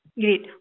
great